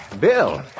Bill